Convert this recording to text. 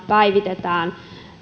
päivitämme